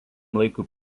laikui